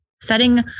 setting